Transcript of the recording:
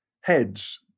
heads